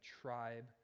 tribe